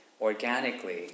organically